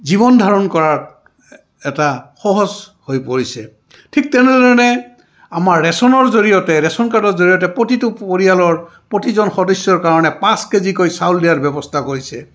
জীৱন ধাৰণ কৰত এটা সহজ হৈ পৰিছে ঠিক তেনেধৰণে আমাৰ ৰেচনৰ জৰিয়তে ৰেচন কাৰ্ডৰ জৰিয়তে প্ৰতিটো পৰিয়ালৰ প্ৰতিজন সদস্যৰ কাৰণে পাঁচ কেজিকৈ চাউল দিয়াৰ ব্যৱস্থা কৰিছে